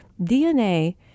DNA